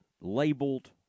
labeled